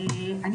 קודם כל,